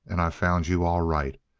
and i've found you all right.